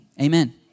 amen